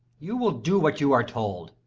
you will do what you are told.